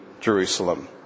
Jerusalem